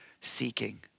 seeking